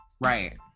Right